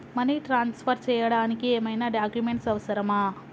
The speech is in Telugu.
మనీ ట్రాన్స్ఫర్ చేయడానికి ఏమైనా డాక్యుమెంట్స్ అవసరమా?